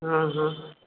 हा हा